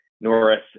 Norris